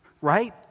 Right